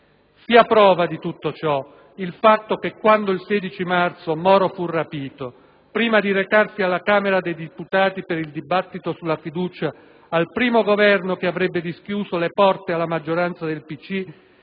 Sia prova di tutto ciò il fatto che quando il 16 marzo Moro fu rapito, prima di recarsi alla Camera dei deputati per il dibattito sulla fiducia al primo Governo che avrebbe dischiuso le porte della maggioranza al PCI,